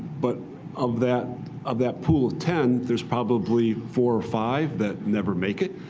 but of that of that pool of ten, there's probably four or five that never make it.